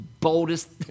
boldest